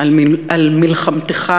על מלחמתך